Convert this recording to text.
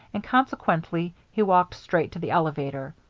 and consequently he walked straight to the elevator.